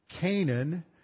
Canaan